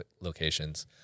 locations